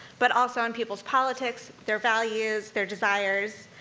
but also on people's politics, their values, their desires,